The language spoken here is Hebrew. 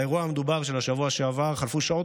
באירוע המדובר של השבוע שעבר חלפו שעות